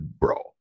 bro